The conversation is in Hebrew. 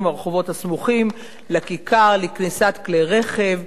הרחובות הסמוכים לכיכר לכניסת כלי רכב,